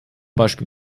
beispiel